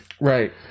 Right